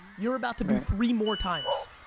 you're about to do three more times.